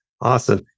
Awesome